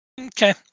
Okay